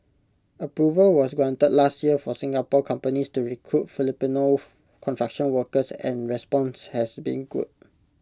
approval was granted last year for Singapore companies to recruit Filipino construction workers and response has been good